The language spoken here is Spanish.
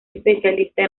especialista